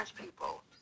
people